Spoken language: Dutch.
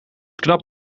knap